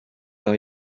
are